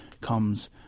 comes